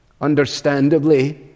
understandably